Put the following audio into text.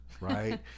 right